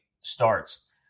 starts